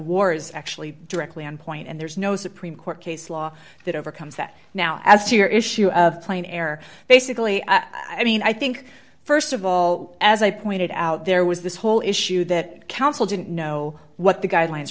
wars actually directly on point and there's no supreme court case law that overcomes that now as to your issue of plane air basically i mean i think st of all as i pointed out there was this whole issue that council didn't know what the guidelines